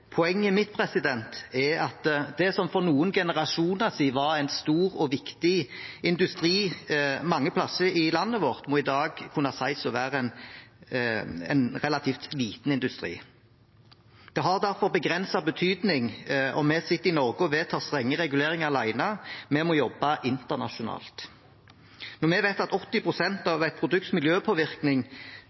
Poenget mitt er at det som for noen generasjoner siden var en stor og viktig industri mange plasser i landet vårt, må i dag kunne sies å være en relativt liten industri. Det har derfor begrenset betydning om vi sitter i Norge og vedtar strenge reguleringer alene. Vi må jobbe internasjonalt. Når vi vet at 80 pst. av et produkts miljøpåvirkning